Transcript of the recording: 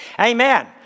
Amen